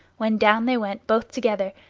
when down they went both together,